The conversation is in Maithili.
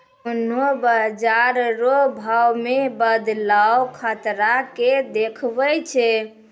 कोन्हों बाजार रो भाव मे बदलाव खतरा के देखबै छै